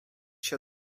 się